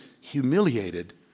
humiliated